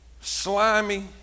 Slimy